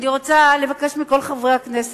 אני רוצה לבקש מכל חברי הכנסת,